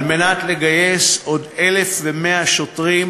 כדי לגייס עוד 1,100 שוטרים,